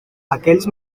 aquells